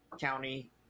county